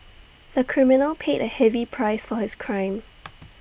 the criminal paid A heavy price for his crime